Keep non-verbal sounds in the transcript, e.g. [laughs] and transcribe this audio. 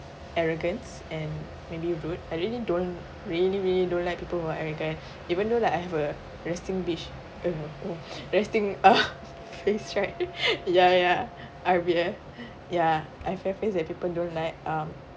arrogance and maybe rude I really don't really really don't like people who are arrogant even though I have a resting bitch uh resting uh [laughs] face right ya ya I'll be uh ya I have face that people don't like um